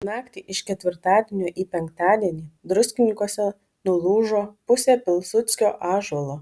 naktį iš ketvirtadienio į penktadienį druskininkuose nulūžo pusė pilsudskio ąžuolo